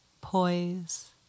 poise